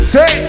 Say